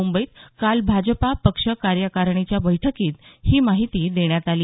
मुंबईत काल भाजपा पक्ष कार्यकारणीच्या बैठकीत ही माहिती देण्यात आली